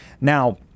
Now